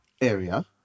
area